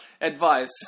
advice